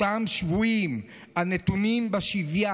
אותם שבויים הנתונים בשביה.